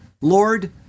lord